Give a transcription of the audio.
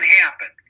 happen